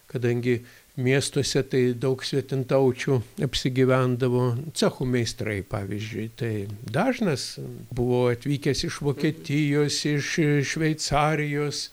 kadangi miestuose tai daug svetimtaučių apsigyvendavo cechų meistrai pavyzdžiui tai dažnas buvo atvykęs iš vokietijos iš iš šveicarijos